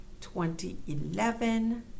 2011